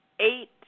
eight